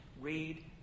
read